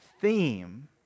theme